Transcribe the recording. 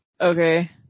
Okay